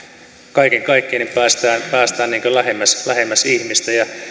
kaiken kaikkiaan päästään lähemmäs lähemmäs ihmistä